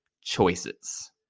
choices